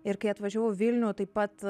ir kai atvažiavau į vilnių taip pat